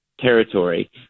territory –